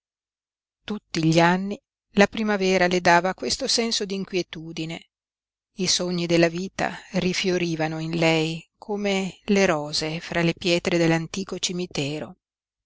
tutti gli anni la primavera le dava questo senso d'inquietudine i sogni della vita rifiorivano in lei come le rose fra le pietre dell'antico cimitero